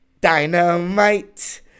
Dynamite